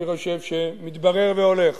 אני חושב שמתברר והולך